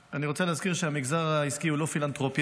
אני רוצה להזכיר שהמגזר העסקי הוא לא פילנתרופיה,